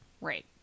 Right